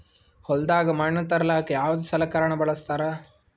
ಹೊಲದಾಗ ಮಣ್ ತರಲಾಕ ಯಾವದ ಸಲಕರಣ ಬಳಸತಾರ?